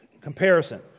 Comparison